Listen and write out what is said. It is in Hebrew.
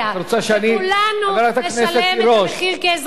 וכולנו נשלם את המחיר כאזרחים.